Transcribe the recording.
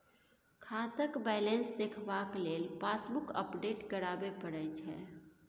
खाताक बैलेंस देखबाक लेल पासबुक अपडेट कराबे परय छै